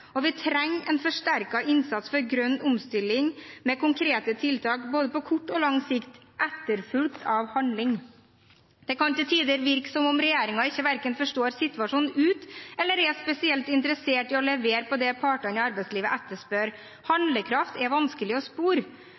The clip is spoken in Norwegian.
kompetanse. Vi trenger en forsterket innsats for grønn omstilling med konkrete tiltak på både kort og lang sikt, etterfulgt av handling. Det kan til tider virke som om regjeringen verken forstår situasjonen ute eller er spesielt interessert i å levere det partene i arbeidslivet etterspør. Handlekraft er vanskelig å spore.